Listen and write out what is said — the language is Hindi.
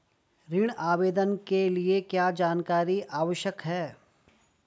ऋण आवेदन के लिए क्या जानकारी आवश्यक है?